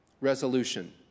resolution